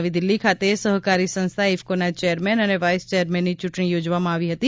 નવી દિલ્હી ખાતે સહકારી સંસ્થા ઇફકોના ચેરમેન અને વાઇસ ચેરમેનની ચૂંટણી યોજવામાં આવી હતી